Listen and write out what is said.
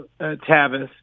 Tavis